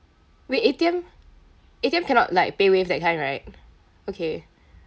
wait A_T_M A_T_M cannot like paywave that kind right okay